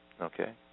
Okay